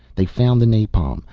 they found the napalm.